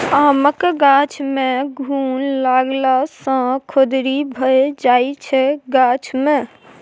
आमक गाछ मे घुन लागला सँ खोदरि भए जाइ छै गाछ मे